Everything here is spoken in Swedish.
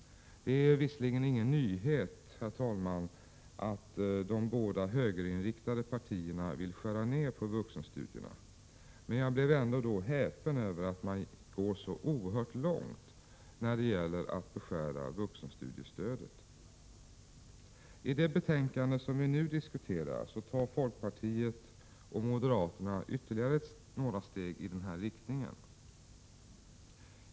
Det är visserligen ingen nyhet, herr talman, att de båda högerinriktade partierna vill skära ner på vuxenstudierna, men jag blev ändå häpen över att man går så oerhört långt när det gäller att beskära vuxenstudiestödet. I det betänkande som vi nu diskuterar tar folkpartiet och moderaterna ytterligare några steg i den här riktningen.